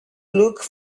look